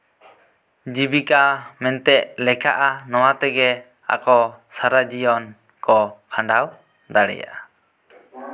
ᱡᱤᱵᱤᱠᱟ ᱢᱮᱱᱛᱮ ᱞᱮᱠᱷᱟᱜᱼᱟ ᱱᱚᱣᱟ ᱛᱮᱜᱮ ᱟᱠᱚ ᱥᱟᱨᱟ ᱡᱤᱭᱚᱱ ᱠᱚ ᱠᱷᱟᱸᱰᱟᱣ ᱫᱟᱲᱮᱭᱟᱜᱼᱟ